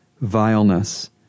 vileness